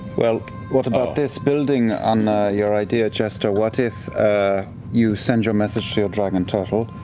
well, what about this? building on your idea, jester, what if you send your message to your dragon turtle?